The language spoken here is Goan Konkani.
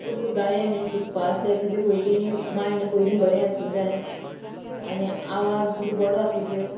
तुका गायन हें शिकपा आसताय तुजें पयलीं मायंड पयलीं बरें आसूं जाय आनी आवाज तुजो बरो आसूं जाय